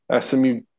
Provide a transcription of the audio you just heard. SMU